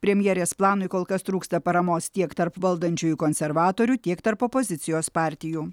premjerės planui kol kas trūksta paramos tiek tarp valdančiųjų konservatorių tiek tarp opozicijos partijų